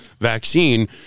vaccine